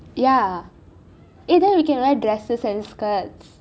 ya then we can wear dresses and skirts